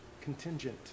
contingent